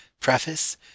Preface